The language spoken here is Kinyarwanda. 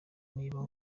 niba